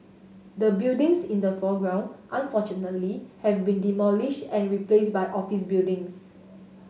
the buildings in the foreground unfortunately have been demolished and replaced by office buildings